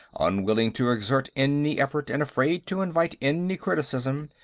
unwilling to exert any effort and afraid to invite any criticism,